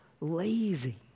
lazy